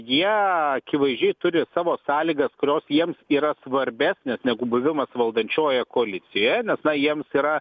jie akivaizdžiai turi savo sąlygas kurios jiems yra svarbesnė negu buvimas valdančiojoje koalicijoje nes na jiems yra